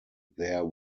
there